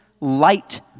light